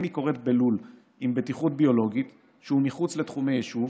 אם היא קורית בלול עם בטיחות ביולוגית שהוא מחוץ לתחומי יישוב,